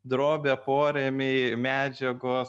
drobė porėmiai medžiagos